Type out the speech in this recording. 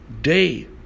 day